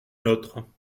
l’autre